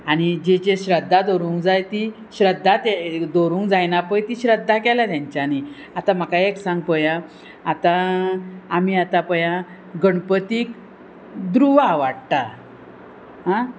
आनी जे जे श्रद्धा दवरूंक जाय ती श्रद्धा तें दवरूंक जायना पळय ती श्रद्धा केल्या तेंच्यांनी आतां म्हाका एक सांग पळया आतां आमी आतां पळया गणपतीक ध्रूवा आवाडटा आं